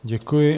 Děkuji.